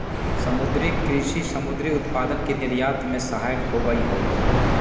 समुद्री कृषि समुद्री उत्पादन के निर्यात में सहायक होबा हई